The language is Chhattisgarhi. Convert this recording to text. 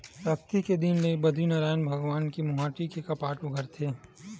अक्ती के दिन ले बदरीनरायन भगवान के मुहाटी के कपाट उघरथे